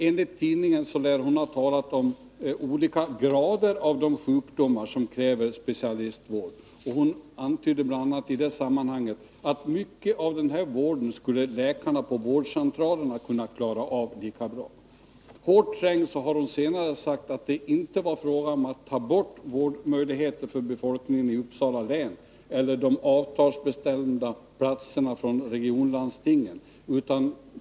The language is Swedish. Enligt tidningen lär hon ha talat om olika grader av sjukdomar som kräver specialistvård. Hon antydde bl.a. i det sammanhanget att läkarna på vårdcentralerna skulle kunna klara av mycket av denna vård lika bra. Hårt trängd har hon senare sagt att det inte var fråga om att ta bort vårdmöjligheterna för befolkningen i Uppsala län eller de avtalsbestämda platserna från regionlandstingen.